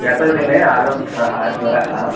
गतदिने आरब्धः ज्वरः